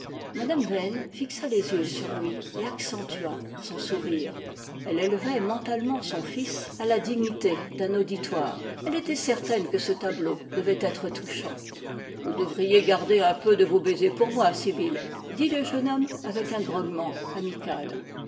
vane fixa les yeux sur lui et accentua son sourire elle élevait mentalement son fils à la dignité d'un auditoire elle était certaine que ce tableau devait être touchant vous devriez garder un peu de vos baisers pour moi sibyl dit le jeune homme avec un grognement amical